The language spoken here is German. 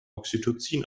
oxytocin